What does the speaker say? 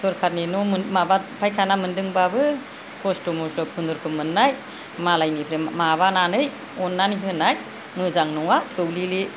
सरखारनि न' माबा फायखाना मोनदोंबाबो खस्थ' मस्थ' खुनुरुखुम मोननाय मालायनिफ्राय माबानानै अननानै होनाय मोजां नङा थौलेले